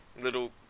little